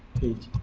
page